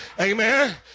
Amen